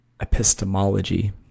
epistemology